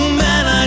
man